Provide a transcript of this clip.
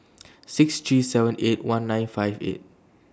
six three seven eight one nine five eight